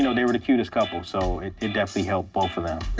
you know they were the cutest couple. so it it definitely helped both of them.